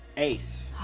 ace,